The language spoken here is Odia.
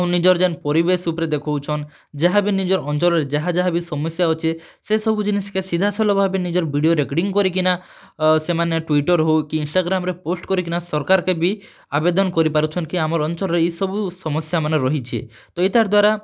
ଆଉ ନିଜର୍ ଯେନ୍ ପରିବେଶ୍ ଉପ୍ରେ ଦେଖଉଛନ୍ ଯାହା ବି ନିଜର୍ ଅଞ୍ଚଳ୍ରେ ଯାହା ଯାହା ବି ସମସ୍ୟା ଅଛେ ସେ ସବୁ ଜିନିଷ୍ କେ ସିଧା ସଲଖ୍ ଭାବରେ ନିଜର୍ ଭିଡ଼ିଓ ରେକର୍ଡିଂ କରିକିନା ସେମାନେ ଟୁଇଟର୍ ହେଉ କି ଇନ୍ଷ୍ଟାଗ୍ରାମ୍ ରେ ପୋଷ୍ଟ୍ କରିକିନା ସରକାର୍କେ ବି ଆବେଦନ୍ କରିପାରୁଛନ୍ କି ଆମର ଅଞ୍ଚଲ୍ ରେ କି ଏଇ ସବୁ ସମସ୍ୟା ମାନ୍ ରହିଛେ ତ ଇତାର୍ ଦ୍ଵାରା